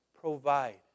provide